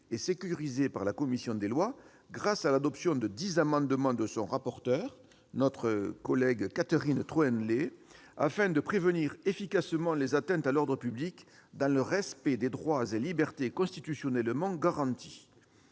et sécurisé par la commission des lois, grâce à l'adoption de dix amendements de son rapporteur, notre collègue Catherine Troendlé, afin de prévenir efficacement les atteintes à l'ordre public, dans le respect des droits et libertés constitutionnellement garantis.